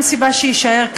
אין סיבה שיישאר כך,